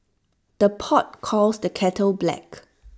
the pot calls the kettle black